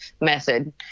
method